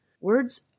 Words